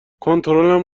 کنترلم